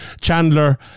Chandler